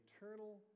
eternal